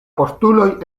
postuloj